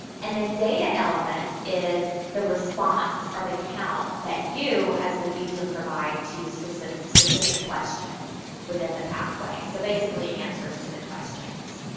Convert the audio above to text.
and then data element is the response, or the count, that you, as the user, provide to specific specific questions within the pathway. so, basically, answers to the questions.